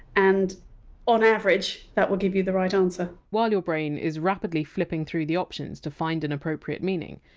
and on average that will give you the right answer while your brain is rapidly flipping through the options to find an appropriate meaning,